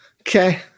Okay